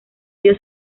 ello